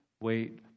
wait